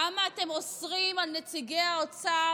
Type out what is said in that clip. למה אתם אוסרים על נציגי האוצר,